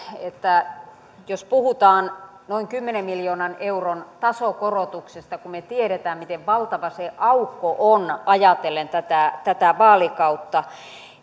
jos puhutaan noin kymmenen miljoonan euron tasokorotuksesta ja kun me tiedämme miten valtava se aukko on ajatellen tätä tätä vaalikautta